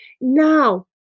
Now